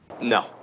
No